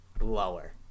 Lower